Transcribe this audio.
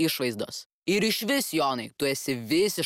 išvaizdos ir išvis jonai tu esi visiškas